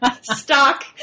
stock